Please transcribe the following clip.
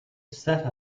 sat